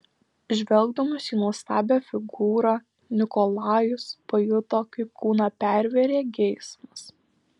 žvelgdamas į nuostabią figūrą nikolajus pajuto kaip kūną pervėrė geismas